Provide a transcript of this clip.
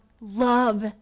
love